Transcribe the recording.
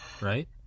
right